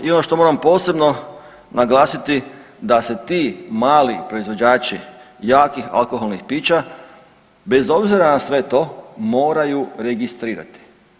I ono što moram posebno naglasiti da si ti mali proizvođači jakih alkoholnih pića bez obzira na sve to moraju registrirati.